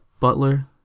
Butler